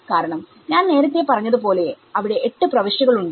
കാരണം ഞാൻ നേരത്തെ പറഞ്ഞതുപോലെ അവിടെ 8 പ്രവിശ്യകൾ ഉണ്ട്